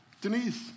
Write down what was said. Denise